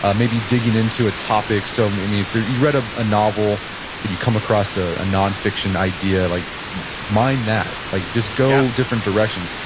ah maybe digging into a topic. so, maybe if you read ah a novel but you come across ah a nonfiction idea, like mine that, like just go different direction.